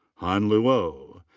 han luo.